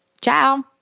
Ciao